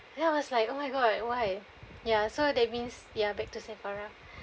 then I was like oh my god why ya so that means the are back to Sephora